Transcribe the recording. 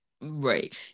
Right